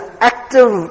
active